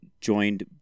joined